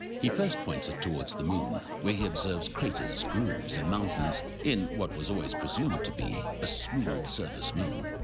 he first points it towards the moon, where he observes craters, grooves, and mountains in what was always presumed to be a smooth surface moon.